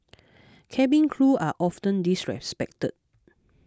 cabin crew are often disrespected